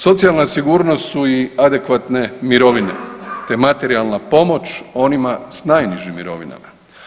Socijalna sigurnost su i adekvatne mirovine te materijalna pomoć onima s najnižim mirovinama.